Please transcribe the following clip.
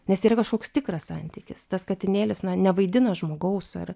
nes yra kažkoks tikras santykis tas katinėlis nevaidina žmogaus ar